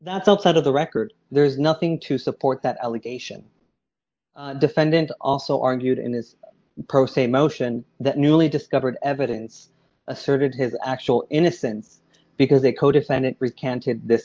that's outside of the record there is nothing to support that allegation defendant also argued in his pro se motion that newly discovered evidence asserted his actual innocence because